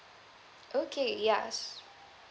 okay yes